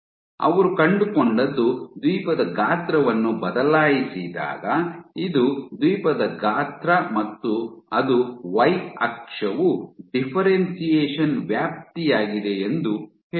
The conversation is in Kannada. ಅವರು ಕಂಡುಕೊಂಡದ್ದು ದ್ವೀಪದ ಗಾತ್ರವನ್ನು ಬದಲಿಸಿದಾಗ ಇದು ದ್ವೀಪದ ಗಾತ್ರ ಮತ್ತು ಅದು y ಅಕ್ಷವು ಡಿಫ್ಫೆರೆನ್ಶಿಯೇಷನ್ ವ್ಯಾಪ್ತಿಯಾಗಿದೆ ಎಂದು ಹೇಳೋಣ